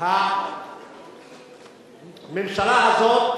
הממשלה הזאת